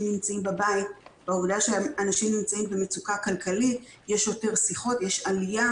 נמצאים בבית ובמצוקה כלכלית ועלייה בשיחות.